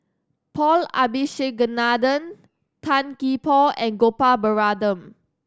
Paul Abisheganaden Tan Gee Paw and Gopal Baratham